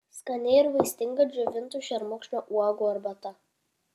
skani ir vaistinga džiovintų šermukšnio uogų arbata